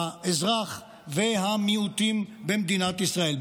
האזרח והמיעוטים במדינת ישראל.